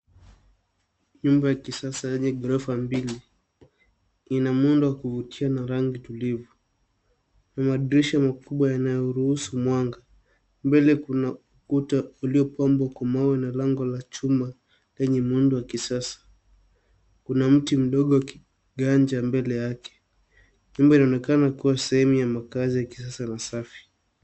Nyumba ya kisasa yenye ghorofa mbili ina muundo wa kuvutia na rangi tulivu. Madirisha makubwa yanayoruhusu mwanga. Mbele kuna ukuta uliopambwa kwa mawe na lango ya chuma lenye muundo wa kisasa. Kuna mti mdogo ukiganja mbele yake. Nyumba inaonekana kuwa sehemu ya makazi ya kisasa na safi.